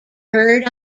heard